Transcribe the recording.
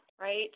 right